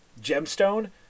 gemstone